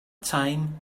time